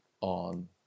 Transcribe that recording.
on